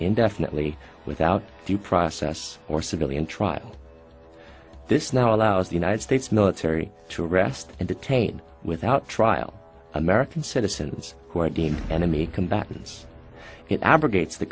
indefinitely without due process or civilian trial this now allows the united states military to arrest and detain without trial american citizens who are deemed enemy combatants it abrogates the